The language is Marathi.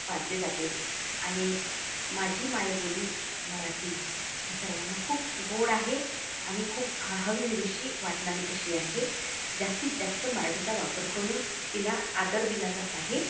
पाजले जाते आणि माझी मायबोली मराठी ती सर्वांना खूप गोड आहे आणि खूप ह हवीहवीशी वाटणारी अशी आहे जास्तीत जास्त मराठीचा वापर करून तिला आदर दिला जात आहे